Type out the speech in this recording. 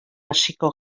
hasiko